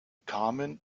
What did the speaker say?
kamen